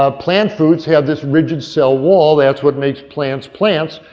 ah plant foods have this rigid cell wall, that's what makes plants plants.